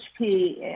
HP